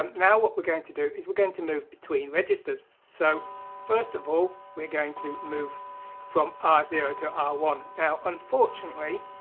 um now what we're going to do is we're going to move between registers so first of all we're going to move from r ah zero to r one now unfortunately